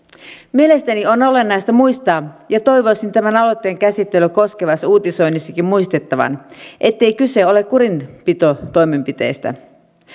mielestäni on olennaista muistaa ja toivoisin tämän aloitteen käsittelyä koskevassa uutisoinnissakin muistettavan ettei kyse ole kurinpitotoimenpiteestä